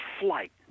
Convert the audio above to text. flight